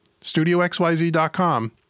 studioxyz.com